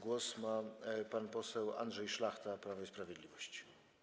Głos ma pan poseł Andrzej Szlachta, Prawo i Sprawiedliwość.